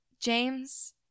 James